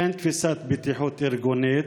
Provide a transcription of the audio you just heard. אין תפיסת בטיחות ארגונית,